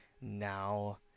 now